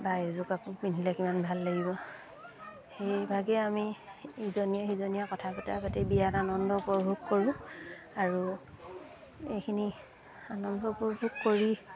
বা এইযোৰ কাপোৰ পিন্ধিলে কিমান ভাল লাগিব সেইভাগেই আমি ইজনীয়ে সিজনীয়ে কথা বতৰা পাতি বিয়াত আনন্দ উপভোগ কৰোঁ আৰু এইখিনি আনন্দ উপভোগ কৰি